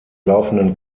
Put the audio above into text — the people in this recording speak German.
laufenden